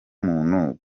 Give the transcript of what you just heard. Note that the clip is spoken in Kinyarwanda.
muntu